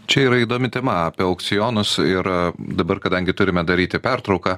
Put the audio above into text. čia yra įdomi tema apie aukcionus ir dabar kadangi turime daryti pertrauką